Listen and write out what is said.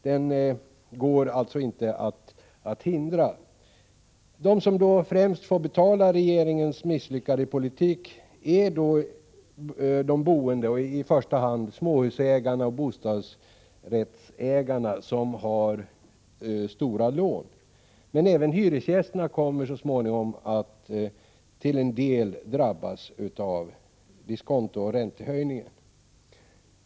Den går alltså inte att hindra. De som främst får betala regeringens misslyckade politik är de boende — i första hand småhusägarna och bostadsrättsägarna som har stora lån. Även hyresgästerna kommer så småningom att till en del drabbas av diskontooch räntehöjningen.